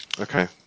okay